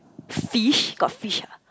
fish got fish ah